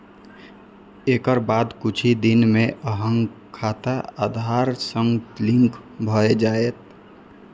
एकर बाद किछु दिन मे अहांक खाता आधार सं लिंक भए जायत